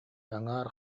аҥаар